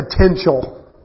potential